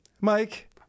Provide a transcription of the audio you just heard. Mike